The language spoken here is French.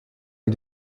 les